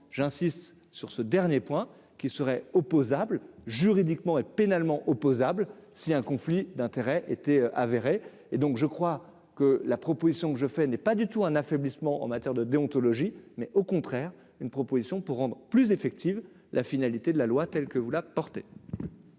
j'insiste sur ce dernier point qui serait opposable juridiquement et pénalement opposable c'est un conflit d'intérêts étaient avérés et donc je crois que la proposition que je fais n'est pas du tout un affaiblissement en matière de déontologie mais au contraire une proposition pour rendre plus effectives, la finalité de la loi telle que vous la portée.